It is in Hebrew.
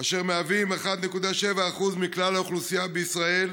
אשר מהווים 1.7% מכלל האוכלוסייה בישראל,